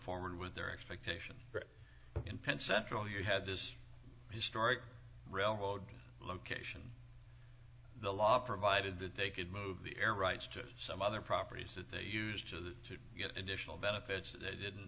forward with their expectation in pensacola you had this historic railroad location the law provided that they could move the air rights to some other properties that they used to to get additional benefits that they didn't